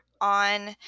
on